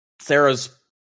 Sarah's